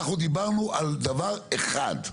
אנחנו דיברנו על דבר אחד,